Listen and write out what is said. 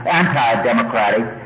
anti-democratic